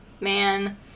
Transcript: man